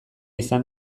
izan